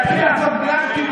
להתחיל לעשות בלנקים,